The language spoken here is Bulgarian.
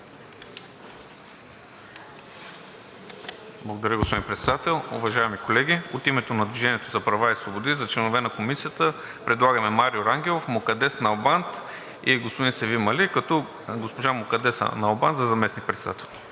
Благодаря, господин Председател. Уважаеми колеги, от името на „Движение за права и свободи“ за членове на Комисията предлагаме Марио Рангелов, Мукаддес Налбант и господин Севим Али, като госпожа Мукаддес Налбант – за заместник-председател.